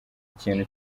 ikintu